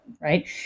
Right